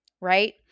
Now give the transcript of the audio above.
right